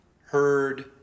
heard